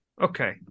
Okay